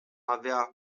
avea